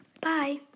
Bye